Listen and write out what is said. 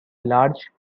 large